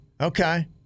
Okay